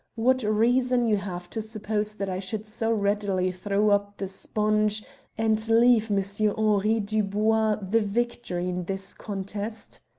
what reason you have to suppose that i should so readily throw up the sponge and leave monsieur henri dubois the victor in this contest?